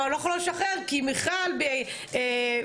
אנחנו לא נשחרר אותו כי מיכל חברת הכנסת